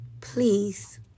please